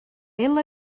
ela